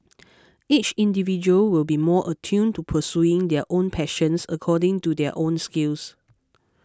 each individual will be more attuned to pursuing their own passions according to their own skills